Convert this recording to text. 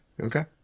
Okay